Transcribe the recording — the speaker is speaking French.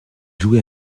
jouait